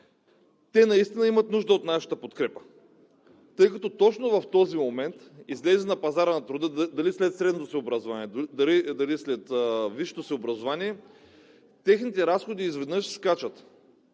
Те наистина имат нужда от нашата подкрепа, тъй като точно в този момент, излезли на пазара на труда – дали след средното си образование или след висшето си образование, техните разходи изведнъж скачат.